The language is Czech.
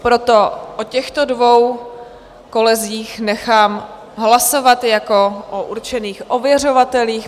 Proto o těchto dvou kolezích nechám hlasovat jako o určených ověřovatelích.